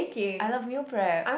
I love meal prep